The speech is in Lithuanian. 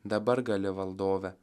dabar gali valdove